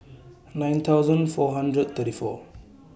nine thousand four hundred thirty four